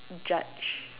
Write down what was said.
judge